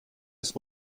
ist